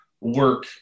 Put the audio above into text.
work